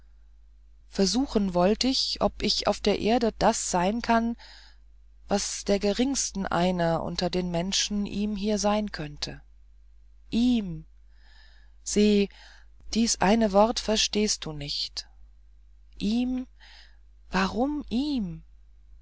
versuchen wollt ich ob ich auf der erde das sein kann was der geringsten eine unter den menschen ihm hier sein könnte ihm se dies eine wort verstehst du nicht ihm warum ihm